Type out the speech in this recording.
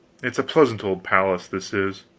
it's a pleasant old palace, this is